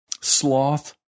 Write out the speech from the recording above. sloth